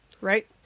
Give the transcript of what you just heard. Right